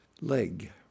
leg